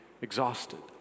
exhausted